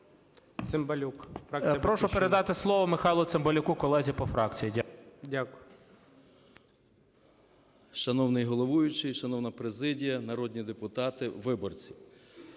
Прошу передати слово Михайлу Цимбалюку, колезі по фракції. Дякую.